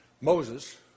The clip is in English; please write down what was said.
Moses